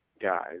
guys